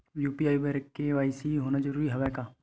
UPI बर KYC होना जरूरी हवय का?